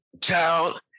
Child